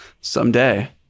Someday